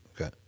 Okay